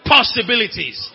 Possibilities